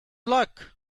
luck